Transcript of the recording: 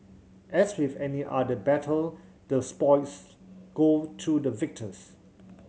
as with any other battle the spoils go to the victors